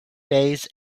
days